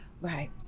Right